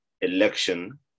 election